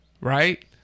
right